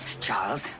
Charles